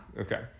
Okay